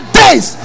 days